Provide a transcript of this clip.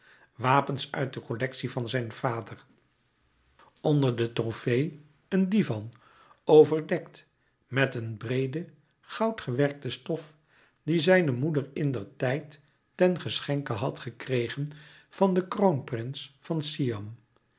wapens uit de collectie van zijn vader onder de trofee een divan overdekt met een breede goudgewerkte stof die zijne moeder indertijd ten geschenke had gekregen van den kroonprins van siam